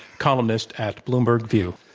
columnist at bloomberg view.